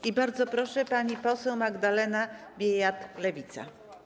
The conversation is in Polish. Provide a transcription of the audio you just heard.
I bardzo proszę, pani poseł Magdalena Biejat, Lewica.